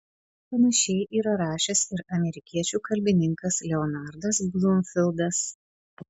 panašiai yra rašęs ir amerikiečių kalbininkas leonardas blumfildas